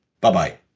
Bye-bye